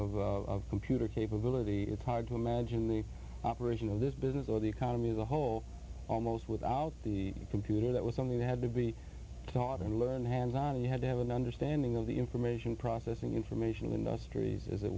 of computer capability it's hard to imagine the operation of this business or the economy of the whole almost without the computer that was something they had to be taught and learn hands on he had to have an understanding of the information processing information in those trees as it